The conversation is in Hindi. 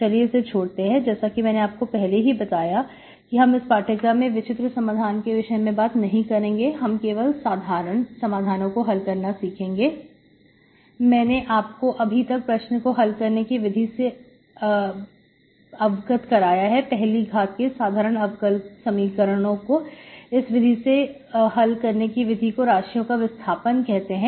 चलिए इसे छोड़ते हैं जैसा कि मैंने आपको पहले ही बताया कि हम इस पाठ्यक्रम में विचित्र समाधान के विषय में बात नहीं करेंगे हम केवल साधारण समाधानओ को हल करना सीखेंगे मैंने आपको अभी तक प्रश्न को हल करने की एक विधि से अवगत कराया है पहली घात के साधारण अवकल समीकरण को इस विधि से हल करने की विधि को राशियों का विस्थापन विधि कहते हैं